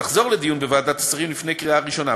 ותחזור לדיון בוועדת השרים לפני קריאה ראשונה.